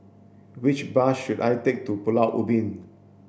which bus should I take to Pulau Ubin